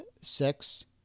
six